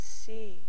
see